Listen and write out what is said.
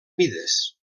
mides